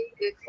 good